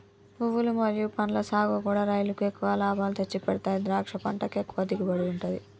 పువ్వులు మరియు పండ్ల సాగుకూడా రైలుకు ఎక్కువ లాభాలు తెచ్చిపెడతాయి ద్రాక్ష పంటకు ఎక్కువ దిగుబడి ఉంటది